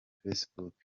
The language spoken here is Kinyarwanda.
facebook